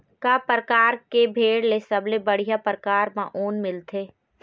का परकार के भेड़ ले सबले बढ़िया परकार म ऊन मिलथे?